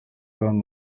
kandi